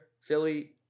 Philly